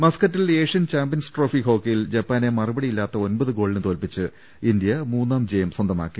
മസ്ക്കറ്റിൽ Asian Champions Trophy ഹോക്കിയിൽ ജപ്പാനെ മറുപടിയില്ലാത്ത ഒൻപത് ഗോളിന് തോൽപ്പിച്ച് ഇന്ത്യ മൂന്നാം ജയം സ്വന്തമാക്കി